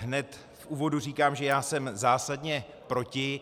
Hned v úvodu říkám, že já jsem zásadně proti.